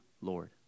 Lord